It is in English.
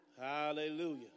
Hallelujah